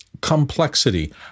Complexity